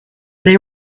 they